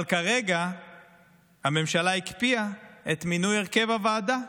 אבל כרגע הממשלה הקפיאה את מינוי הרכב הוועדה,